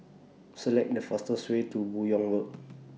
Select The fastest Way to Buyong Road